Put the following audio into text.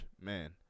man